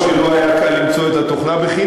היא הייתה 15.90. לא רק שלא היה קל למצוא את התוכנה חינם,